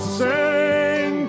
sing